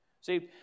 See